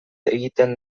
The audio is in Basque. egiten